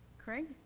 craig?